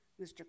Mr